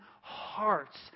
hearts